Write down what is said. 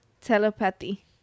telepathy